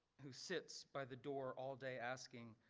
who sits by the door all day asking,